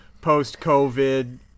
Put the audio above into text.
post-COVID